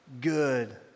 good